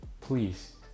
please